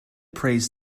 prays